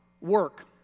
work